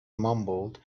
mumbled